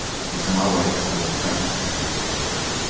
to become our way of forging present and future history.